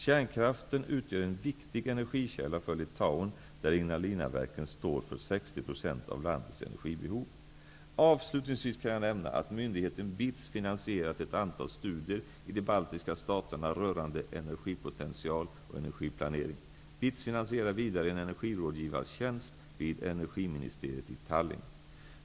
Kärnkraften utgör en viktig energikälla för Litauen där Ignalinaverken står för Avslutningsvis kan jag nämna att myndigheten BITS finansierat ett antal studier i de baltiska staterna rörande energipotential och energiplanering. BITS finansierar vidare en energirådgivartjänst vid energiministeriet i Tallinn.